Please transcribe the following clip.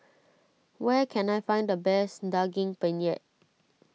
where can I find the best Daging Penyet